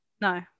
no